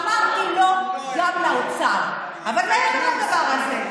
אמרתי לא גם לאוצר, אבל מעבר לדבר הזה,